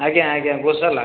ଆଜ୍ଞା ଆଜ୍ଞା ଗୋଶାଲା